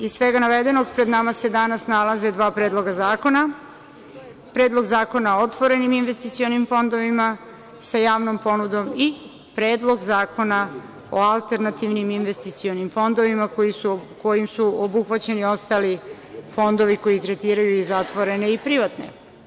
Iz svega navedenog, pred nama se danas nalaze dva predloga zakona – Predlog zakona o otvorenim investicionim fondovima sa javnom ponudom i Predlog zakona o alternativnim investicionim fondovima kojim su obuhvaćeni ostali fondovi koji tretiraju i zatvorene i privatne.